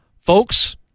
Folks